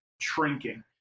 shrinking